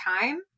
time